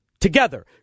together